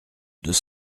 deux